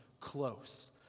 close